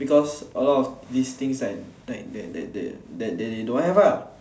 because a lot of these things like like that that that that they don't have lah